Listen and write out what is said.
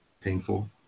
painful